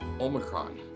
Omicron